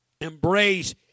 embrace